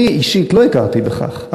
אני אישית לא הכרתי בכך,